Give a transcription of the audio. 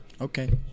okay